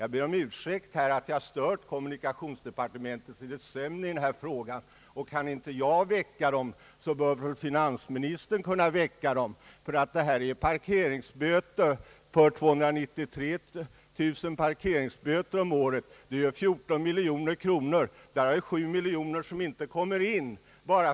Jag ber om ursäkt att jag har stört kommunikationsdepartementet i dess sömn i den här frågan. Kan inte jag väcka departementet, så bör finansministern kunna göra det. 293 000 parkeringsförseelser om året gör 14 miljoner kronor i böter. Av dessa kommer således 7 miljoner kronor inte in.